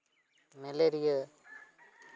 malaria